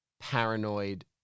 paranoid